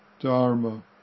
Dharma